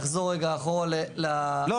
לחזור רגע אחורה --- לא,